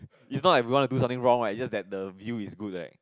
is not like we want to do something wrong right is just that the view is good leh